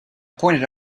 pointed